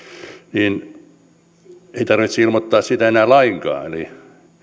niin ei tarvitse ilmoittaa siitä enää lainkaan eli